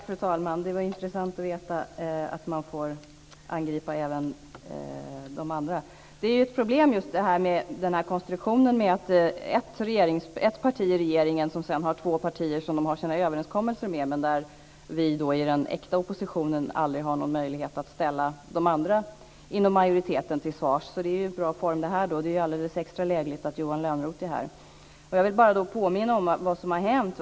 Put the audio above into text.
Fru talman! Det finns ett problem med denna konstruktion. Ett parti sitter i regeringen, och träffar sedan överenskommelser med två andra partier. Vi i den äkta oppositionen har aldrig någon möjlighet att ställa de andra inom majoriteten till svars, så detta är en bra form. Det är alldeles extra lägligt att Johan Lönnroth är här. Jag vill bara påminna om vad som har hänt.